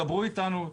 דברו איתנו,